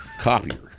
copier